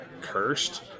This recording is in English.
cursed